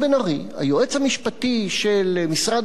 היועץ המשפטי של משרד הביטחון,